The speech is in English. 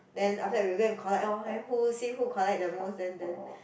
then after that we go and collect lor who see who collect the most then then